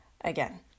Again